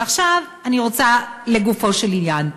ועכשיו, אני רוצה לגופו של עניין,